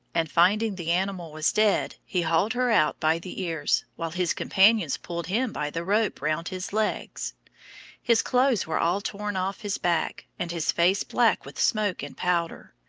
and finding the animal was dead he hauled her out by the ears, while his companions pulled him by the rope round his legs his clothes were all torn off his back, and his face black with smoke and powder,